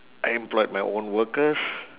I employed my own workers